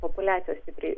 populiacija stipriai